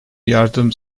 yardım